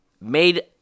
made